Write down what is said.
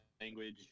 language